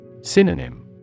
Synonym